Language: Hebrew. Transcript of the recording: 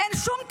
אין שום טענה.